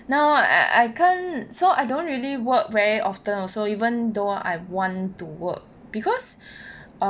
now I can't so I don't really work very often also even though I want to work because